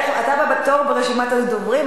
אתה הבא בתור ברשימת הדוברים,